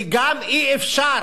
וגם אי-אפשר,